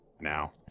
now